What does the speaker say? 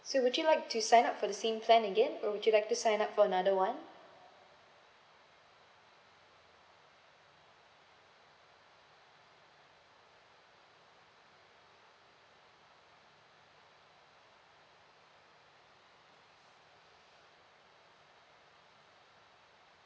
so would you like to sign up for the same plan again would you like to sign up for another one